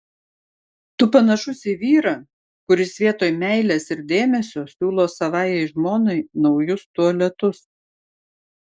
tu panašus į vyrą kuris vietoj meilės ir dėmesio siūlo savajai žmonai naujus tualetus